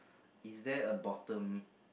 is there a bottom